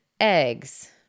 eggs